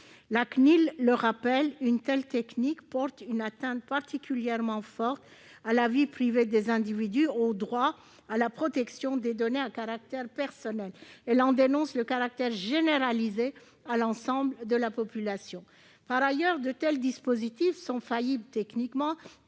La CNIL le rappelle, une telle technique porte une atteinte particulièrement forte à la vie privée des individus et au droit à la protection des données à caractère personnel. Elle dénonce le caractère généralisé, à l'ensemble de la population, de cette pratique. Par ailleurs, de tels dispositifs sont techniquement